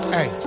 Hey